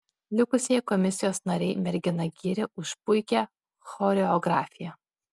likusieji komisijos nariai merginą gyrė už puikią choreografiją